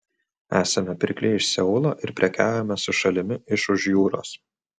esame pirkliai iš seulo ir prekiaujame su šalimi iš už jūros